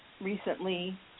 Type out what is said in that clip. recently